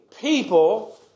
people